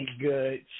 good